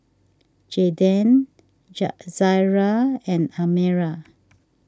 Jaeden Jar Zaria and Almira